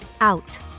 out